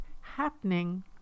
happening